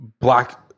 black